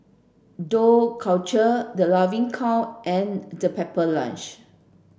Dough Culture The Laughing Cow and the Pepper Lunch